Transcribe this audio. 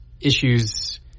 issues